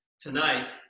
tonight